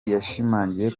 yashimangiye